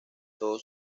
todo